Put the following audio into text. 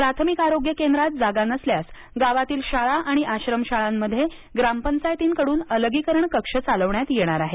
प्राथमिक आरोग्य केंद्रात जागा नसल्यास गावातील शाळा किंवा आश्रमशाळांमध्ये ग्रामपंचायतीकडून अलगीकरण कक्ष चालवण्यात येणार आहेत